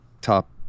top